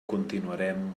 continuarem